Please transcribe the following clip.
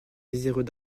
désireux